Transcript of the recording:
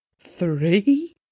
three